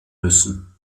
müssen